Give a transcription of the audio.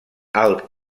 alt